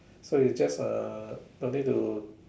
so you just uh don't need to